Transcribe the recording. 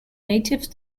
native